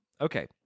Okay